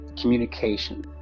communication